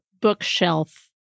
bookshelf